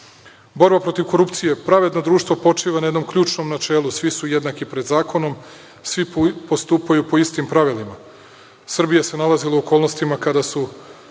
protiv korupcije. Pravedno društvo počiva na jednom ključnom načelu – svi su jednaki pred zakonom, svi postupaju po istim pravilima. Srbija se nalazila u okolnostima kada su